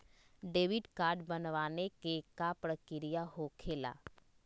Debit card बनवाने के का प्रक्रिया होखेला?